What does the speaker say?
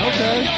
Okay